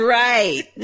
right